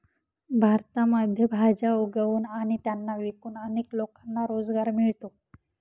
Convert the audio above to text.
भारतामध्ये भाज्या उगवून आणि त्यांना विकून अनेक लोकांना रोजगार मिळतो